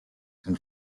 and